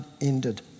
ended